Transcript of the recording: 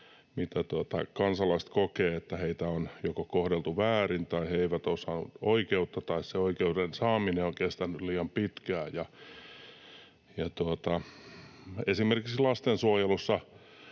missä kansalaiset kokevat, että heitä on joko kohdeltu väärin tai he eivät ole saaneet oikeutta tai se oikeuden saaminen on kestänyt liian pitkään. Esimerkiksi jos lastensuojelussa